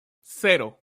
cero